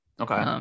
Okay